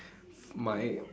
my